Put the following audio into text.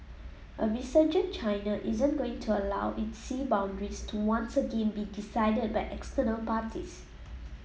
a resurgent China isn't going to allow its sea boundaries to once again be decided by external parties